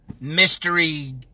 mystery